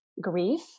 grief